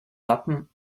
wappen